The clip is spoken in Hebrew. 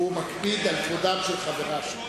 הוא מקפיד על כבודם של חבריו.